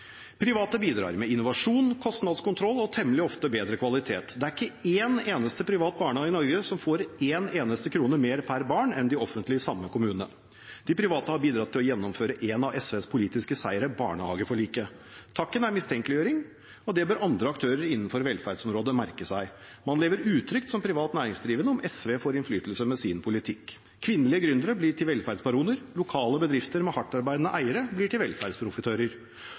Private bidrar med innovasjon, kostnadskontroll og temmelig ofte bedre kvalitet. Det er ikke en eneste privat barnehage i Norge som får en eneste krone mer per barn enn de offentlige i samme kommune. De private har bidratt til å gjennomføre en av SVs politiske seire: barnehageforliket. Takken er mistenkeliggjøring, og det bør andre aktører innenfor velferdsområdet merke seg. Man lever utrygt som privat næringsdrivende om SV får innflytelse med sin politikk. Kvinnelige gründere blir til velferdsbaroner, lokale bedrifter med hardtarbeidende eiere blir til velferdsprofitører.